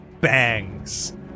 bangs